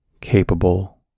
capable